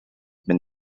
been